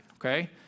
okay